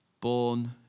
born